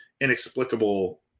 inexplicable